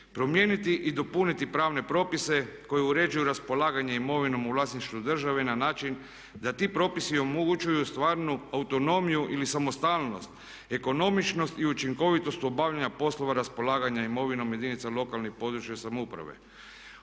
Promijeniti i dopuniti pravne propise koji uređuju raspolaganje imovinom u vlasništvu države na način da ti propisi omogućuju stvarnu autonomiju ili samostalnost, ekonomičnost i učinkovitost u obavljanju poslova raspolaganja imovinom jedinica lokalne i područne samouprave.